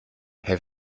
herr